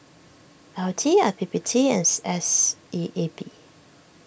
L T I P P T and C S E A B